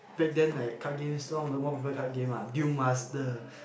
back then like card games long the more popular card game ah Duel Master